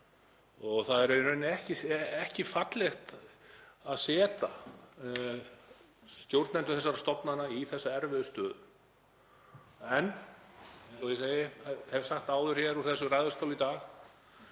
í rauninni ekki fallegt að setja stjórnendur þessara stofnana í þessa erfiðu stöðu. En ég segi og hef sagt það áður hér úr þessum ræðustóli í dag